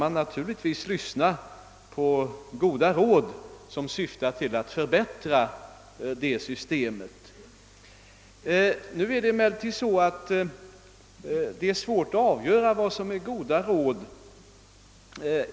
man naturligtvis lyssna till goda råd som syftar till att förbättra det systemet. Det kan emellertid vara svårt att avgöra vad som är :goda råd.